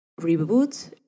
reboot